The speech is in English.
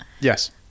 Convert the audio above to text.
Yes